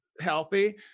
healthy